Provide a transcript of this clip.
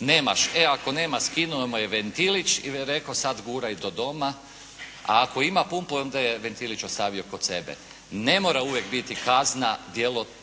Nemaš. E ako nemaš skinuo mu je ventilić i rekao: “Sad guraj do doma.“ A ako ima pumpu onda je ventilić ostavio kod sebe. Ne mora uvijek biti kazna djelotvornija